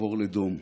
יעבור לדום.